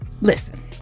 listen